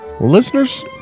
listeners